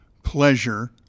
pleasure